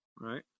right